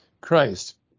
Christ